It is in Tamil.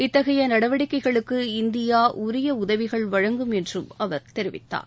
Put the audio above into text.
இத்தகைய நடவடிக்கைகளுக்கு இந்தியா உரிய உதவிகள் வழங்கும் என்றும் அவர் கூறினார்